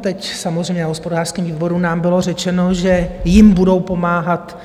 Teď samozřejmě na hospodářském výboru nám bylo řečeno, že jim budou pomáhat,